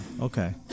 Okay